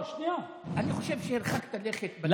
אני חושב שהרחקת לכת בדוגמה.